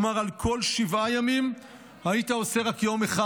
כלומר, על כל שבעה ימים היית עושה רק יום אחד.